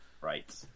right